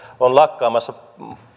on lakkaamassa